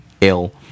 ill